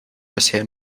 bisher